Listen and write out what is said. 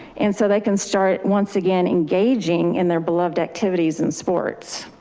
and so they can start once again, engaging in their beloved activities and sports.